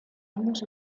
años